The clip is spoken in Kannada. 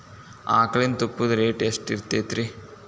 ಆಕಳಿನ ತುಪ್ಪದ ರೇಟ್ ಎಷ್ಟು ಇರತೇತಿ ರಿ?